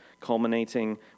culminating